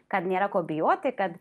kad nėra ko bijoti kad